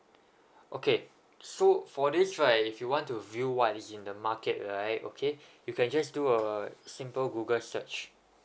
okay so for this right if you want to view what is in the market right okay you can just do a simple google search